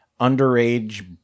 underage